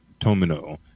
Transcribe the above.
Tomino